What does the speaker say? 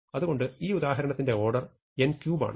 അതുകൊണ്ട് ഈ ഉദാഹരണത്തിന്റെ ഓർഡർ n3 ആണ്